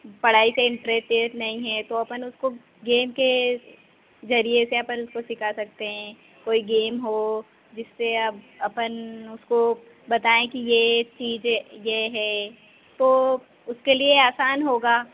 पढ़ाई से इंटरेस्ट नहीं है तो अपन उसको गेम के ज़रिए से अपन उसको सिखा सकते हैं कोई गेम हो जिससे आप अपन उसको बताएं कि ये चीज़ें ये है तो उसके लिए आसान होगा